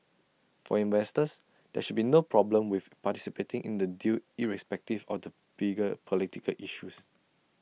for investors there should be no problem with participating in the deal irrespective of the bigger political issues